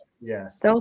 Yes